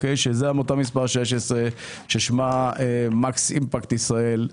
שזאת עמותה מספר 16 ששמה מקס אימפקט ישראל,